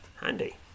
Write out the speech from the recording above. Handy